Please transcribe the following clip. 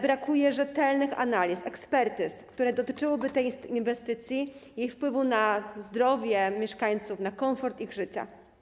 Brakuje rzetelnych analiz, ekspertyz, które dotyczyłyby tej inwestycji i jej wpływu na zdrowie mieszkańców, na komfort ich życia.